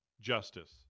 justice